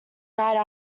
night